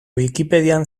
wikipedian